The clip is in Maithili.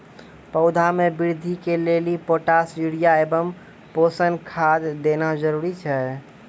पौधा मे बृद्धि के लेली पोटास यूरिया एवं पोषण खाद देना जरूरी छै?